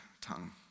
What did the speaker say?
tongue